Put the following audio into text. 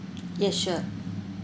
yes sure